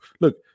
Look